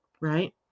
Right